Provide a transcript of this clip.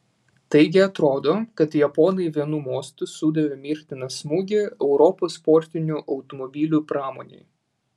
taigi atrodo kad japonai vienu mostu sudavė mirtiną smūgį europos sportinių automobilių pramonei